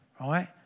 right